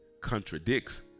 contradicts